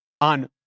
on